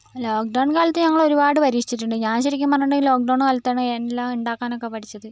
lockdown കാലത്ത് ഞങ്ങളൊരുപാട് പരീക്ഷിച്ചിട്ടുണ്ട് ഞാൻ ശരിക്കും പറഞ്ഞിട്ടുണ്ടെങ്കിൽ ലോക്ക് ഡൗൺ കാലത്താണ് എല്ലാം ഉണ്ടാക്കാനൊക്കെ പഠിച്ചത്